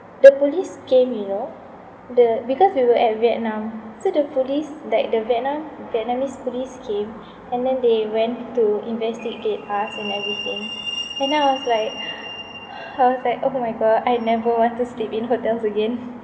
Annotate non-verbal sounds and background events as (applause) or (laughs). the police came you know the because we were at vietnam so the police like the vietnam~ vietnamese police came and then they went to investigate and everything and then I was like (noise) I was like oh my god I never want to sleep in hotels again (laughs)